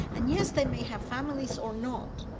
and yes, they may have families or not,